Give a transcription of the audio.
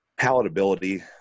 palatability